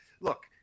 look